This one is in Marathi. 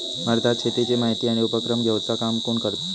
भारतात शेतीची माहिती आणि उपक्रम घेवचा काम कोण करता?